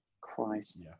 Christ